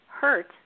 hurt